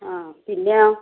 ആ പിന്നെയൊ